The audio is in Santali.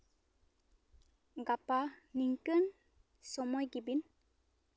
ᱜᱟᱯᱟ ᱱᱤᱝᱠᱟᱹᱱ ᱥᱚᱢᱚᱭ ᱜᱮᱵᱤᱱ